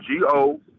Go